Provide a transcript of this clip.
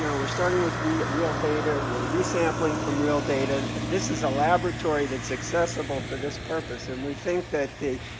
you know we're starting with real real data we're re-sampling from real data, this is a laboratory that is accessible for this purpose and we think that the